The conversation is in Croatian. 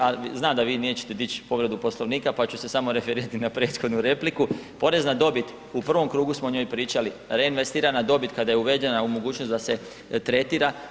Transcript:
A znam da vi nećete dići povredu Poslovnika pa ću se samo referirati na prethodnu repliku, porez na dobit u prvom krugu smo o njoj pričali, reinvestirana dobit kada je uvedena mogućnost da se tretira.